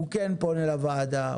הוא כן פונה לוועדה,